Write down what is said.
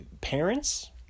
parents